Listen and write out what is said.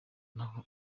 naho